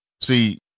See